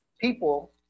people